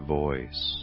voice